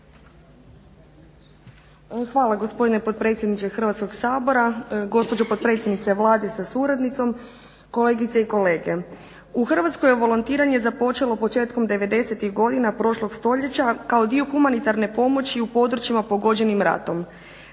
Hvala gospodine potpredsjedniče Hrvatskog sabora, gospođo potpredsjednice Vlade sa suradnicom, kolegice i kolege. U Hrvatskoj je volontiranje započelo početkom devedesetih godina prošlog stoljeća kao dio humanitarne pomoći u područjima pogođenim ratom,